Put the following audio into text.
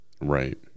right